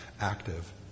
active